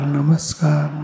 Namaskar